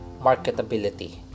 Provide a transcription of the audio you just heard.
marketability